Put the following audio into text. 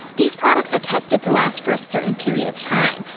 these products are tested to last for a certain period of time,